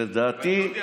שלדעתי,